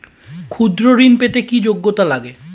ক্ষুদ্র ঋণ পেতে কি যোগ্যতা লাগে?